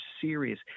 serious